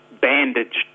bandaged